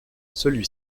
celui